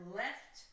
left